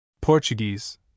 Portuguese